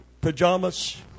pajamas